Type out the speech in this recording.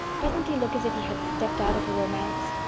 doesn't he look as if he had stepped out of a romance?